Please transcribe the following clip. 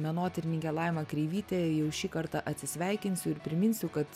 menotyrininkė laima kreivytė jau šį kartą atsisveikinsiu ir priminsiu kad